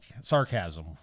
sarcasm